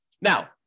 now